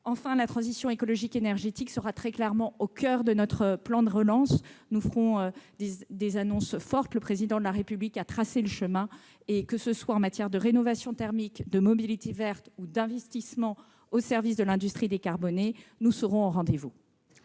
conclusion, la transition écologique et énergétique sera très clairement au coeur du plan de relance que nous allons mettre en oeuvre. Nous ferons des annonces fortes. Le Président de la République a tracé le chemin. Que ce soit en matière de rénovation thermique, de mobilités vertes ou d'investissements au service de l'industrie décarbonée, nous serons au rendez-vous